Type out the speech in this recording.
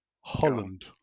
Holland